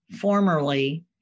formerly